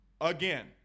Again